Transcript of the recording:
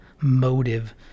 motive